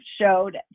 showed